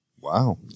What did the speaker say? Wow